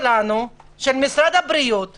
משרד הבריאות מתעקש.